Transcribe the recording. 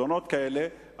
תלונות כאלה,